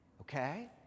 Okay